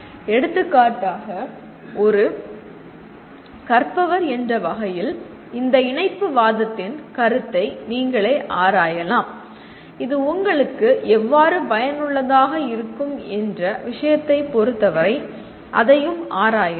எடுத்துக்காட்டாக ஒரு கற்பவர் என்ற வகையில் இந்த இணைப்புவாதத்தின் கருத்தை நீங்களே ஆராயலாம் இது உங்களுக்கு எவ்வாறு பயனுள்ளதாக இருக்கும் என்ற விஷயத்தைப்பொறுத்தவரை அதையும் ஆராயலாம்